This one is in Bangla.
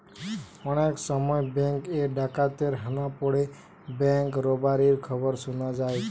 অনেক সময় বেঙ্ক এ ডাকাতের হানা পড়ে ব্যাঙ্ক রোবারির খবর শুনা যায়